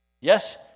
Yes